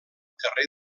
carrer